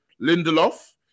Lindelof